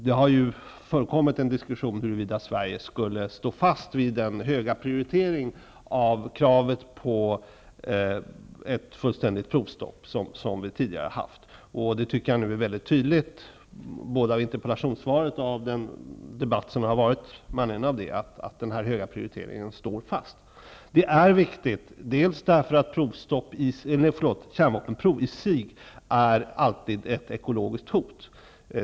Det har förekommit en diskussion om huruvida Sverige skulle stå fast vid den höga prioriteringen av kravet på ett fullständigt provstopp. Jag tycker att det framgår tydligt av interpellationssvaret och debatten att den höga prioriteringen står fast. Den här frågan är viktig, eftersom kärnvapenprov i sig alltid utgör ett ekologiskt hot.